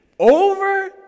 over